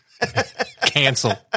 Cancel